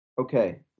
Okay